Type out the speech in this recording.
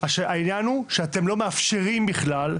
העניין הוא שאתם לא מאפשרים בכלל,